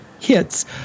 hits